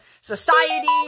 society